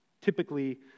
Typically